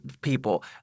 people